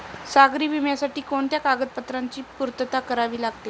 सागरी विम्यासाठी कोणत्या कागदपत्रांची पूर्तता करावी लागते?